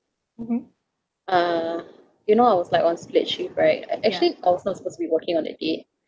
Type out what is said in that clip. uh you know I was like on split shift right ac~ actually I was not supposed to be working on that day